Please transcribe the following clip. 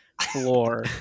floor